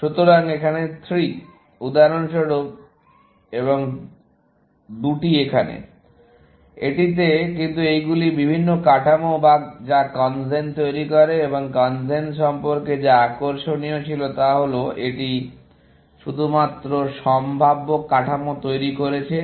সুতরাং এখানে 3 উদাহরণস্বরূপ এবং 2 টি এখানে এটিতে কিন্তু এইগুলি বিভিন্ন কাঠামো যা কনজেন তৈরি করে এবং কনজেন সম্পর্কে যা আকর্ষণীয় ছিল তা হল এটি শুধুমাত্র সম্ভাব্য কাঠামো তৈরি করেছে